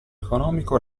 economico